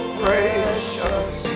precious